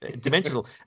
dimensional